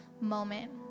moment